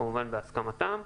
כמובן בהסכמתם.